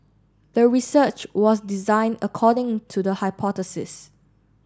the research was designed according to the hypothesis